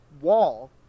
wall